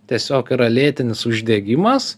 tiesiog yra lėtinis uždegimas